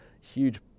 huge